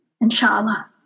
Inshallah